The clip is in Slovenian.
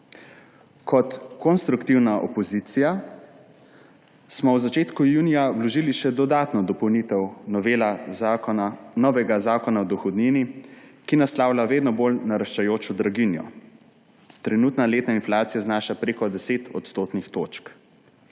Kot konstruktivna opozicija smo v začetku junija vložili še dodatno dopolnitev novega zakona o dohodnini, ki naslavlja vedno bolj naraščajočo draginjo. Trenutna letna inflacija znaša preko 10 odstotnih točk.